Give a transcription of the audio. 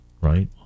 right